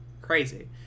Crazy